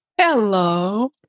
Hello